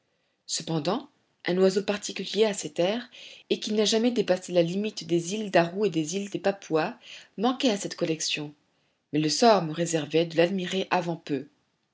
cependant un oiseau particulier à ces terres et qui n'a jamais dépassé la limite des îles d'arrou et des îles des papouas manquait à cette collection mais le sort me réservait de l'admirer avant peu